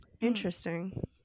Interesting